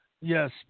Yes